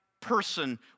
person